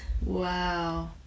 Wow